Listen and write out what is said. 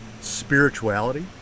spirituality